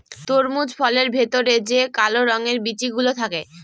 তরমুজ ফলের ভেতরে যে কালো রঙের বিচি গুলো থাকে